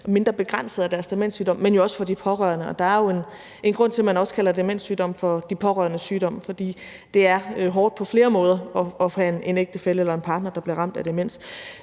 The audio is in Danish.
mindre begrænsede af deres demenssygdom, men jo også hos de pårørende. Der er jo en grund til, at man også kalder demenssygdommen for de pårørendes sygdom, for det er hårdt på flere måder at have en ægtefælle eller partner, der bliver ramt af demens.